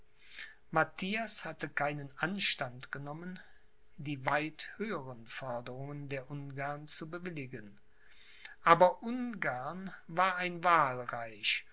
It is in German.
matthias hatte keinen anstand genommen die weit höheren forderungen der ungarn zu bewilligen aber ungarn war ein wahlreich